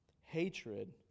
Hatred